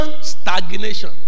Stagnation